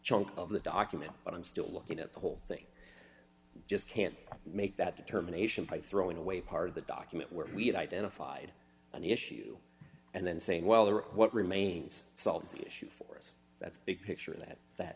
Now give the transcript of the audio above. chunk of the document but i'm still looking at the whole thing just can't make that determination by throwing away part of the document where we had identified an issue and then saying well there are what remains solves the issue for us that's big picture and that that